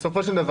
בטח שכן.